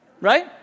Right